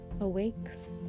awakes